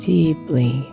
deeply